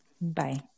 bye